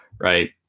Right